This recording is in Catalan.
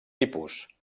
tipus